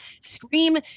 scream